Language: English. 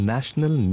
National